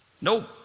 Nope